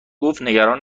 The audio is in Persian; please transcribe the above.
گفتنگران